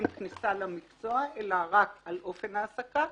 כניסה למקצוע אלא רק על אופן ההעסקה,